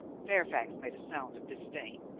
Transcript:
fairfax made a sound of disdain.